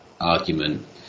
argument